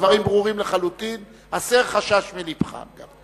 הדברים ברורים לחלוטין, הסר חשש מלבך.